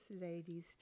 ladies